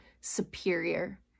superior